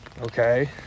Okay